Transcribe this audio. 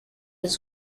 his